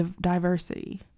diversity